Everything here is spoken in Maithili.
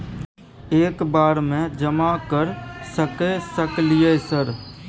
एक बार में जमा कर सके सकलियै सर?